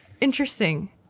Interesting